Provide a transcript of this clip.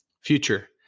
Future